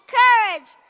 courage